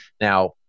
Now